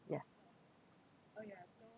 yeah